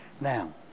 Now